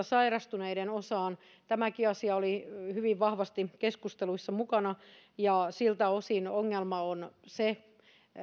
sairastuneiden osaan tämäkin asia oli hyvin vahvasti keskusteluissa mukana ja siltä osin ongelma on se